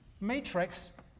matrix